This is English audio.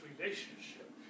relationship